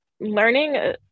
learning